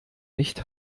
nicht